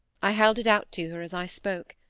i held it out to her as i spoke.